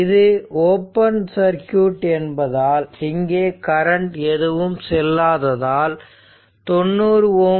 இது open circuit என்பதால் இங்கே கரண்ட் எதுவும் செல்லாததால் 90 Ω